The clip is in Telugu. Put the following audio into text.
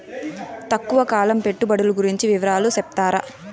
తక్కువ కాలం పెట్టుబడులు గురించి వివరాలు సెప్తారా?